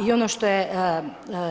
I ono što je